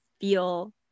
feel